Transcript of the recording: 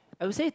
I will say